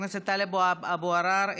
חבר הכנסת טלב אבו עראר,